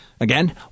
Again